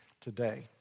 today